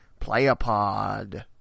Playapod